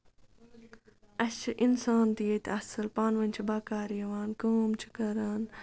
اَسہِ چھِ اِنسان تہِ ییٚتہِ اَصٕل پانہٕ ؤنۍ چھِ بَکار یِوان کٲم چھِ کران